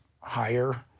higher